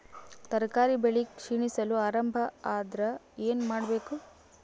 ತರಕಾರಿ ಬೆಳಿ ಕ್ಷೀಣಿಸಲು ಆರಂಭ ಆದ್ರ ಏನ ಮಾಡಬೇಕು?